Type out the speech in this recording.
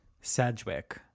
Sedgwick